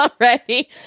already